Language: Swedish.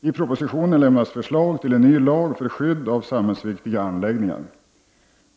I propositionen lämnas förslag till en ny lag för skydd av samhällsviktiga anläggningar.